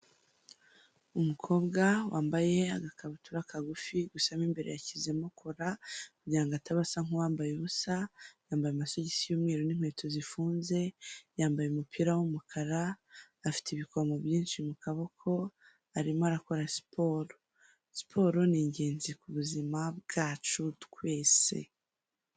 Umukobwa wambaye agakabutura kagufi gusamo mu imbere yashyizemo kora kugira ngo ataba asa nk'uwambaye ubusa, yambaye amasogisi y'umweru n'inkweto zifunze, yambaye umupira w'umukara, afite ibikomo byinshi mu kaboko, arimo arakora siporo, siporo ni ingenzi ku buzima bwacu twese.